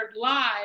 live